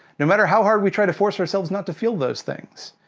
no matter how hard we try to force ourselves not to feel those things.